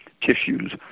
tissues